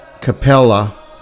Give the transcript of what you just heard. Capella